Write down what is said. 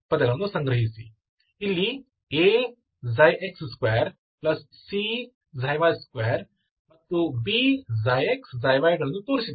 ಇಲ್ಲಿ A x2 ಮತ್ತು C y2 ಮತ್ತು B ξx ξyಗಳನ್ನು ತೋರಿಸಿದೆ